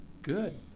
good